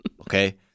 okay